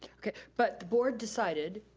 okay, but board decided,